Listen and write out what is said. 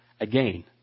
again